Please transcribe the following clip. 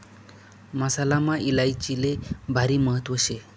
मसालामा इलायचीले भारी महत्त्व शे